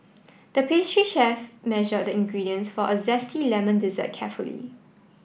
the pastry chef measured the ingredients for a zesty lemon dessert carefully